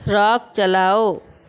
راگ چلاؤ